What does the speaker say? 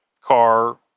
car